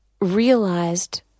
realized